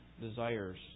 desires